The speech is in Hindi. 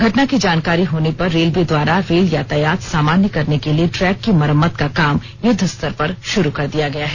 घटना की जानकारी होने पर रेलवे द्वारा रेल यातायात सामान्य करने के लिए ट्रैक की मरम्मत का काम युद्ध स्तर पर शुरू कर दिया गया है